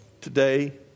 today